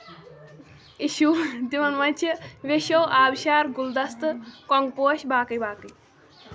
issue ہن تِمن منٛز چھ ویشو آبہٕ شار گُلدستہٕ گۄنگ پوش باقٕے باقٕے